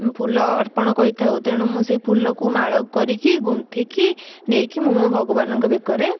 ଫୁଲ ଅର୍ପଣ କରିଥାଉ ତେଣୁ ମୁଁ ସେ ଫୁଲକୁ ମାଳ କରିକି ଗୁନ୍ଥିକି ନେଇକି ମୁଁ ମୋ ଭଗବାନଙ୍କ ବେକରେ